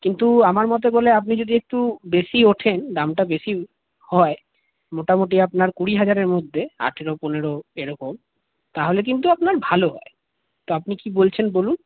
কিন্তু আমার মতে বলে আপনি যদি একটু বেশি ওঠেন দামটা বেশি হয় মোটামুটি আপনার কুড়ি হাজারের মধ্যে আঠেরো পনেরো এরকম তাহলে কিন্তু আপনার ভালো হয় তো আপনি কী বলছেন বলুন